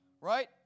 right